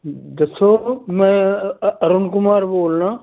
ਦੱਸੋ ਮੈਂ ਅ ਅਰੁਣ ਕੁਮਾਰ ਬੋਲਦਾ